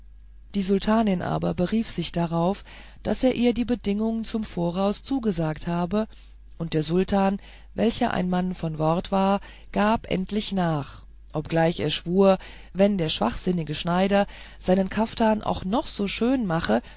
die sultanin aber berief sich darauf daß er ihr die bedingung zum voraus zugesagt habe und der sultan welcher ein mann von wort war gab endlich nach obgleich er schwur wenn der wahnsinnige schneider seinen kaftan auch noch so schön mache